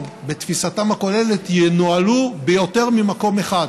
בתפיסתם הכוללת ינוהלו ביותר ממקום אחד.